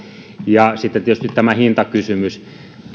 ja sitten tietysti on tämä hintakysymys